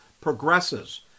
progresses